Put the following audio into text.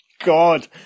god